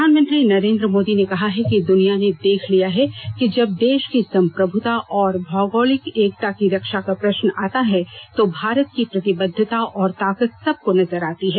प्रधानमंत्री नरेन्द्र मोदी ने कहा है कि दुनिया ने देख लिया है कि जब देश की संप्रभुता और भौगोलिक एकता की रक्षा का प्रश्न आता है तो भारत की प्रतिबद्वता और ताकत सबको नजर आती है